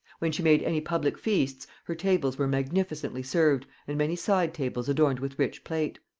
when she made any public feasts, her tables were magnificently served and many side-tables adorned with rich plate.